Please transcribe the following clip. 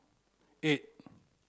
eight